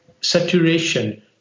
saturation